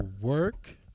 work